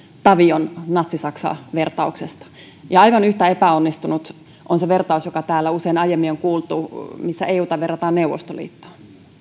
tavion natsi saksa vertauksesta ja aivan yhtä epäonnistunut on se vertaus joka täällä usein aiemmin on kuultu missä euta verrataan neuvostoliittoon